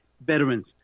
veterans